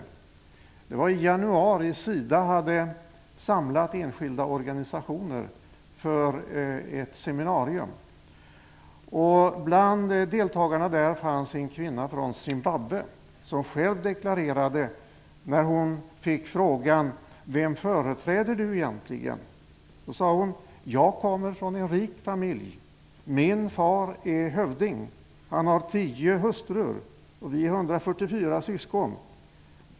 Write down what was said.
SIDA hade i januari månad samlat enskilda organisationer för att delta i ett seminarium. Bland deltagarna fanns en kvinna från Zimbabwe. När hon fick frågan om vem hon företrädde deklarerade hon själv: Jag kommer från en rik familj. Min far är hövding. Han har tio hustrur och vi är 144 syskon.